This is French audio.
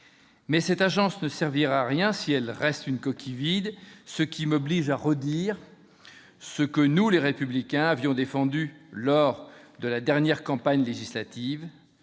cette agence ne servira à rien si elle reste une coquille vide, ce qui m'oblige à répéter ce que nous, les Républicains, avions défendu lors de la dernière campagne législative,